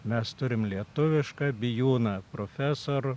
mes turim lietuvišką bijūną profesor